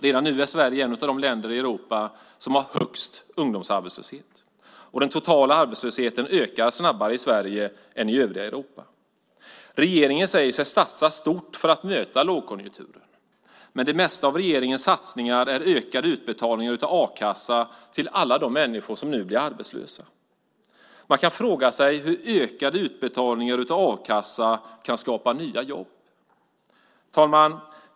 Redan nu är Sverige ett av de länder i Europa som har högst ungdomsarbetslöshet. Den totala arbetslösheten ökar snabbare i Sverige än i övriga Europa. Regeringen säger sig satsa stort för att möta lågkonjunkturen. Men det mesta av regeringens satsningar är ökade utbetalningar av a-kassa till alla de människor som nu blir arbetslösa. Man kan fråga sig hur ökade utbetalningar av a-kassa kan skapa nya jobb.